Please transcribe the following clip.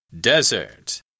Desert